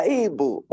able